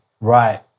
Right